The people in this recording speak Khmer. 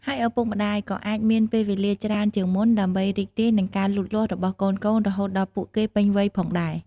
ហើយឪពុកម្តាយក៏អាចមានពេលវេលាច្រើនជាងមុនដើម្បីរីករាយនឹងការលូតលាស់របស់កូនៗ រហូតដល់ពួកគេពេញវ័យផងដែរ។